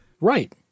Right